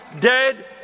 dead